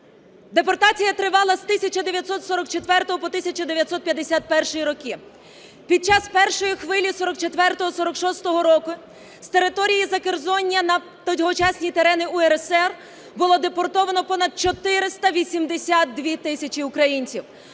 Депортація тривала з 1944 по 1951 роки. Під час першої хвилі 1944-1946 років з території Закерзоння на тогочасні терени УРСР було депортовано понад 482 тисячі українців.